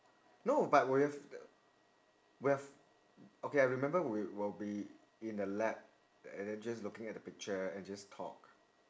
no but we've we've okay I remember we will be in the lab and then just looking at the picture and just talk